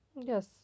Yes